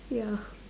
ya